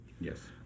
Yes